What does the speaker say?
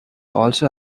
also